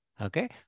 Okay